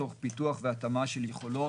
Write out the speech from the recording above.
תוך פיתוח והתאמה של יכולות